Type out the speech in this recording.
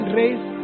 race